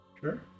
Sure